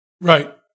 right